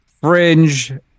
fringe